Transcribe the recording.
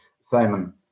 Simon